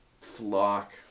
flock